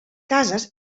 cases